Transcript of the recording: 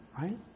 right